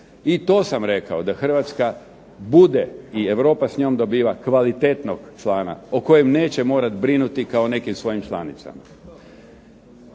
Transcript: I to sam rekao, da Hrvatska bude i Europa s njom dobiva kvalitetnog člana o kojem neće morati brinuti kao o nekim svojim članicama.